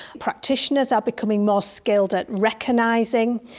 practitioners are becoming more skilled at recognising.